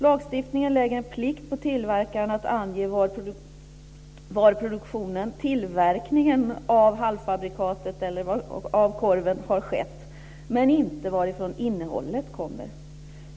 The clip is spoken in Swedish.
Lagstiftningen lägger en plikt på tillverkaren att ange var produktionen eller tillverkningen av halvfabrikatet eller av korven har skett men inte varifrån innehållet kommer.